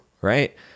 right